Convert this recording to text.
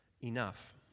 enough